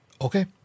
Okay